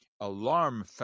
alarm